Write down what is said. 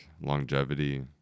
longevity